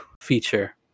feature